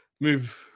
move